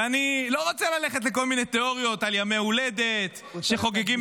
ואני לא רוצה ללכת לכל מיני תיאוריות על ימי הולדת שחוגגים